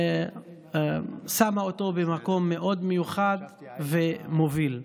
שמה אותו במקום מאוד מיוחד ומוביל.